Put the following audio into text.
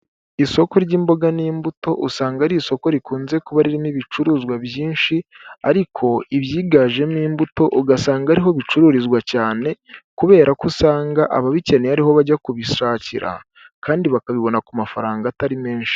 Isoko ry'imboga n'imbuto usanga ari isoko rikunze kuba ririmo ibicuruzwa byinshi, ariko ibyiganjemo imbuto ugasanga ariho bicururizwa cyane kubera ko usanga ababikeneye ariho bajya kubishakira, kandi bakabibona ku mafaranga atari menshi.